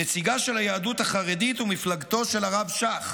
נציגה של היהדות החרדית ומפלגתו של הרב שך.